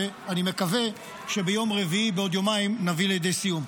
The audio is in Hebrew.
שאני מקווה שביום רביעי בעוד יומיים נביא לידי סיום.